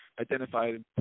identified